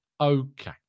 okay